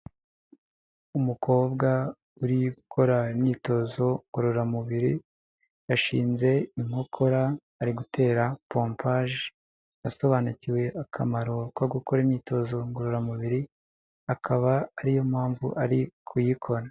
Umukobwa uri gukora imyitozo ngororamubiri, yashinze inkokora, ari gutera pompage. Yasobanukiwe akamaro ko gukora imyitozo ngororamubiri, akaba ariyo mpamvu ari kuyikora.